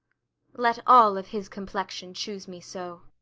let all of his complexion choose me so.